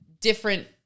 different